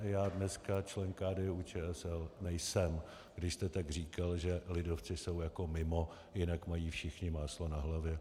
Já dneska člen KDUČSL nejsem, když jste tak říkal, že lidovci jsou jako mimo, jinak mají všichni máslo na hlavě.